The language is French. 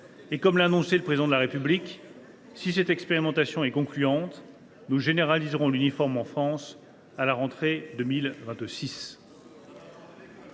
« Comme l’a annoncé le Président de la République, si cette expérimentation est concluante, nous généraliserons l’uniforme en France à la rentrée de 2026.